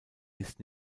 ist